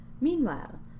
Meanwhile